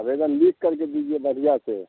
आवेदन लिख करके दीजिए बढ़िया से